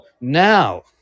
now